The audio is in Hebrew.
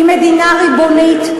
היא מדינה ריבונית,